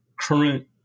current